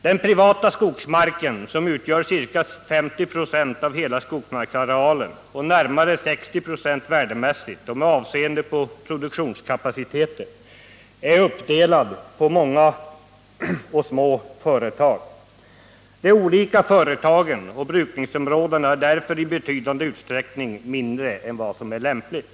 Den privata skogsmarken — som utgör ca 50 96 av hela skogsmarksarealen och närmare 60 96 värdemässigt och med avseende på produktionskapaciteten — är uppdelad på många och små företag. De olika företagen och brukningsområdena är därför i betydande utsträckning mindre än vad som är lämpligt.